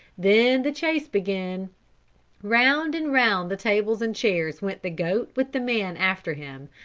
then the chase began round and round the tables and chairs went the goat with the man after him,